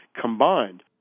combined